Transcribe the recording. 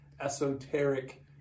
esoteric